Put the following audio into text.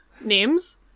names